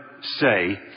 say